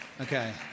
Okay